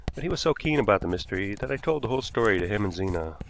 but he was so keen about the mystery that i told the whole story to him and zena.